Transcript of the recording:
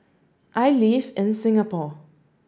I live in Singapore